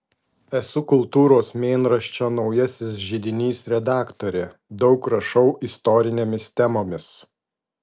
esu kultūros mėnraščio naujasis židinys redaktorė daug rašau istorinėmis temomis